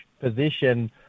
position